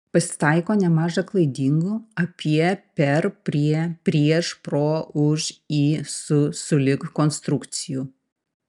pasitaiko nemaža klaidingų apie per prie prieš pro už į su sulig konstrukcijų